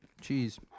cheese